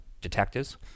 detectives